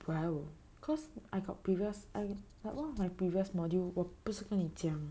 cause I got previous I'm like one of my previous module 我不是跟你讲